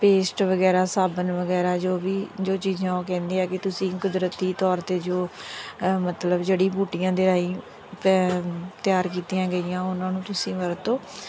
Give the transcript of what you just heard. paste ਵਗੈਰਾ ਸਾਬਣ ਵਗੈਰਾ ਜੋ ਵੀ ਜੋ ਚੀਜ਼ਾਂ ਉਹ ਕਹਿੰਦੇ ਆ ਕਿ ਤੁਸੀਂ ਕੁਦਰਤੀ ਤੌਰ 'ਤੇ ਜੋ ਮਤਲਬ ਜੜੀ ਬੂਟੀਆਂ ਦੇ ਰਾਹੀਂ ਤਿਆਰ ਕੀਤੀਆਂ ਗਈਆਂ ਉਹਨਾਂ ਨੂੰ ਤੁਸੀਂ ਵਰਤੋ